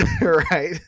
Right